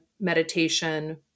meditation